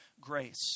grace